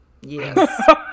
Yes